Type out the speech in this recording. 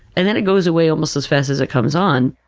and then it goes away almost as fast as it comes on.